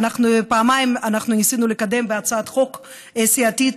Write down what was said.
ואנחנו פעמיים ניסינו לקדם בהצעת חוק סיעתית